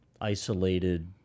isolated